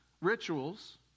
rituals